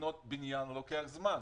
לבנות בניין לוקח זמן.